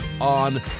on